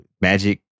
magic